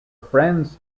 friends